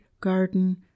garden